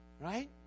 right